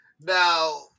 Now